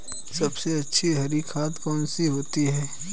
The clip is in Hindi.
सबसे अच्छी हरी खाद कौन सी होती है?